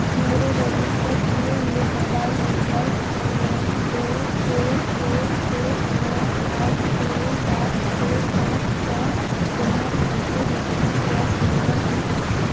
میرے رجسٹر کیے ہوئے موبائل نمبر نو دو چھ چھ ایک نو آٹھ زیرو سات چھ پانچ کا استعمال کر کے H P gas cylinder book کرو